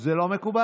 זה לא מקובל?